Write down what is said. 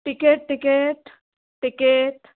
ticket ticket ticket